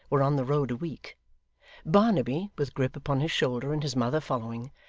were on the road a week barnaby, with grip upon his shoulder and his mother following,